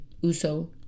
uso